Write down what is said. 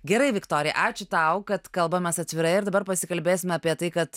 gerai viktorija ačiū tau kad kalbamės atvirai ir dabar pasikalbėsime apie tai kad